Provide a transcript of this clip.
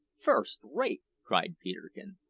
first-rate! cried peterkin.